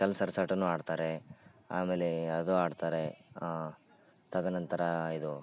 ಕಲ್ಸರ್ಸಾಟವೂ ಆಡ್ತಾರೆ ಆಮೇಲೆ ಅದು ಆಡ್ತಾರೆ ತದನಂತರ ಇದು